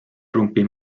trumpi